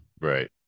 Right